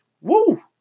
Woo